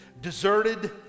deserted